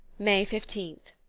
may fifteenth.